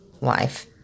life